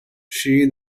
she